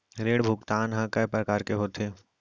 ऋण भुगतान ह कय प्रकार के होथे?